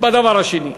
בדבר השני.